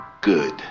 Good